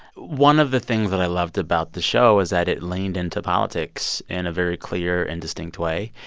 one of the things that i loved about the show is that it leaned into politics in a very clear and distinct way.